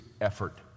effort